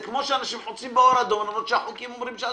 זה כמו שאנשים חוצים באור למרות שהחוקים אומרים שאסור.